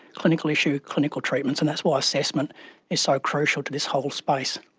clinical issue, clinical treatments, and that's why assessment is so crucial to this whole space.